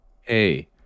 Hey